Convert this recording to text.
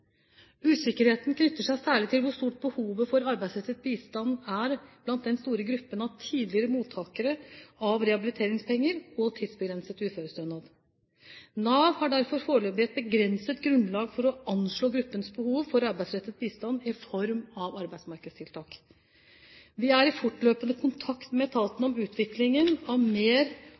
er i den store gruppen av tidligere mottakere av rehabiliteringspenger og tidsbegrenset uførestønad. Nav har derfor foreløpig et begrenset grunnlag for å anslå gruppens behov for arbeidsrettet bistand i form av arbeidsmarkedstiltak. Vi er i fortløpende kontakt med etaten om utviklingen av mer